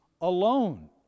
alone